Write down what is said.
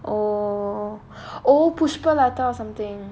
oh oh pushpalata or something